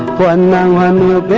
one nine one